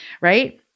right